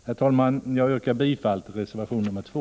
Herr talman! Jag yrkar bifall till reservation 2.